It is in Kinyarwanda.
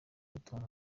bituma